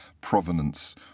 provenance